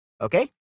Okay